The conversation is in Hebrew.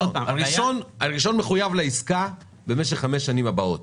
הראשון מחויב לעסקה במשך חמש השנים הבאות.